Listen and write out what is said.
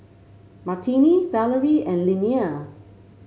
Martine Valerie and Linnea